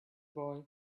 boy